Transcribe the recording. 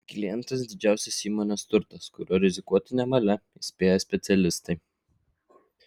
klientas didžiausias įmonės turtas kuriuo rizikuoti nevalia įspėja specialistai